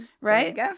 Right